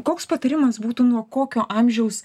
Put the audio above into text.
koks patarimas būtų nuo kokio amžiaus